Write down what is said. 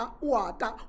water